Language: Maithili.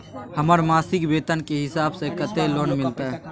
हमर मासिक वेतन के हिसाब स कत्ते लोन मिलते?